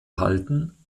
halten